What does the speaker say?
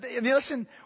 Listen